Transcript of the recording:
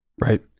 Right